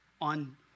on